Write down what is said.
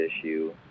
issue